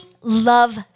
love